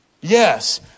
Yes